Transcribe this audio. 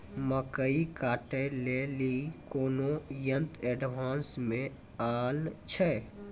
मकई कांटे ले ली कोनो यंत्र एडवांस मे अल छ?